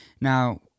Now